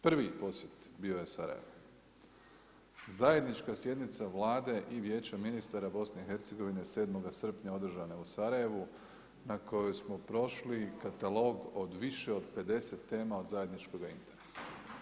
Prvi posjet bio je Sarajevu, zajednička sjednica Vlade i Vijeća ministara BiH 7. srpnja održane u Sarajevu na kojoj smo prošli katalog od više od 50 tema od zajedničkog interesa.